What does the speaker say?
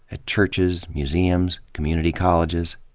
at churches, museums, community colleges.